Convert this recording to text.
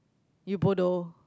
you bodoh